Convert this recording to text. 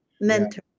mentor